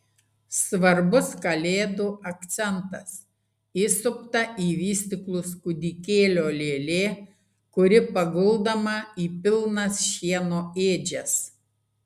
svarbus kalėdų akcentas įsupta į vystyklus kūdikėlio lėlė kuri paguldoma į pilnas šieno ėdžias